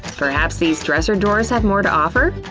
perhaps these dresser drawers have more to offer?